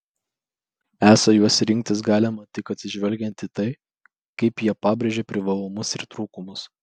esą juos rinktis galima tik atsižvelgiant į tai kaip jie pabrėžia privalumus ir trūkumus